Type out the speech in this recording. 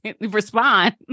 respond